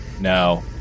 No